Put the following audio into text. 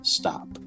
stop